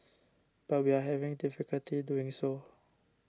but we are having difficulty doing so